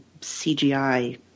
CGI